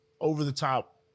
over-the-top